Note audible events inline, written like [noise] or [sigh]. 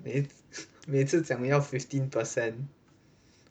每 [breath] 每次讲要 fifteen percent